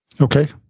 Okay